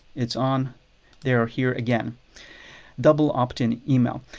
it's on they are here again double opt-in email.